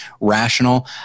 rational